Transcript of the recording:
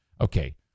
okay